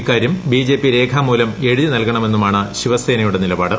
ഇക്കാര്യം ബിജെപി രേഖാ മൂലം എഴുതി നൽകണമെന്നുമാണ് ശിവസേനയുടെ നിലപാട്